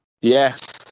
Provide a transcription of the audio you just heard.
yes